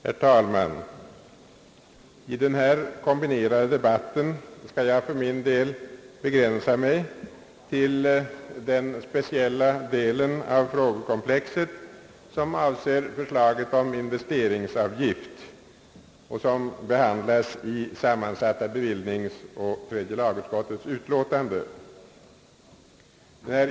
Herr talman! I denna kombinerade debatt skall jag för min del begränsa mig till den speciella del av frågekomplexet som avser förslaget om investeringsavgift och som behandlas i sammansatta bevillningsoch tredje lagutskottets utlåtande.